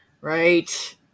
Right